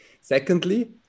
Secondly